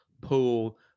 Pool